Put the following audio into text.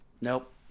Nope